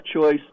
choice